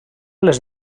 les